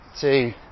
two